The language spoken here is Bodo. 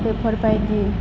बेफोरबायदि